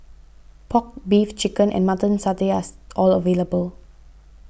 Pork Beef Chicken and Mutton Satay are all available